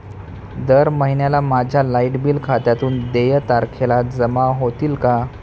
दर महिन्याला माझ्या लाइट बिल खात्यातून देय तारखेला जमा होतील का?